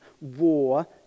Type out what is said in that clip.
war